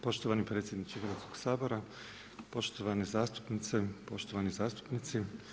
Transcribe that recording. Poštovani predsjedniče Hrvatskoga sabora, poštovane zastupnice, poštovani zastupnici.